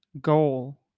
goal